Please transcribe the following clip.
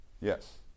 Yes